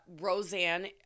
Roseanne